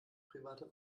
privater